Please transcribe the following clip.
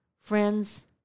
Friends